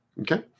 okay